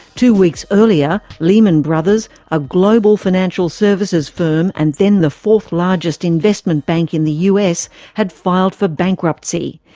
two weeks earlier lehman brothers, a global financial services firm and then the fourth-largest investment bank in the us had filed for bankruptcy.